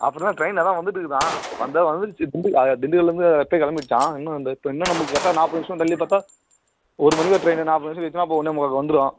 அப்புறம் ட்ரெயின் அதான் வந்துட்டுருக்குதாம் வந்தால் வந்துடுச்சு திண்டுக்க திண்டுக்கல்லேருந்து அப்பையே கிளம்பிடுச்சாம் இன்னும் அந்த இன்னும் நமக்கு கரெக்டாக நாற்பது நிமிஷம் தள்ளி பார்த்தா ஒரு மணிக்கு வர ட்ரெயின் நாற்பது நிமிஷம் கழிச்சுன்னா அப்போ ஒன்றே முக்காலுக்கு வந்துரும்